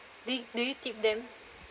do do you tip them